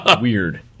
weird